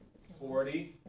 forty